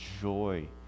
joy